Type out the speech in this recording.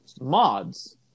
mods